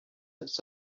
its